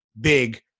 big